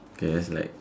that's like